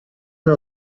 era